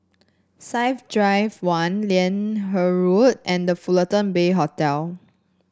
Science Drive One Liane Road and The Fullerton Bay Hotel